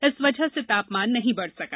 इस वजह से तापमान नहीं बढ़ सका